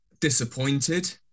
disappointed